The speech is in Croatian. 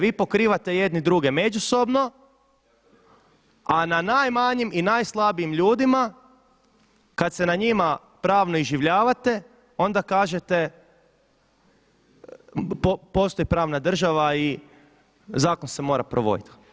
Vi pokrivate jedni druge međusobno, a na najmanjim i najslabijim ljudima kad se na njima pravno iživljavate onda kažete postoji pravna država i zakon se mora provoditi.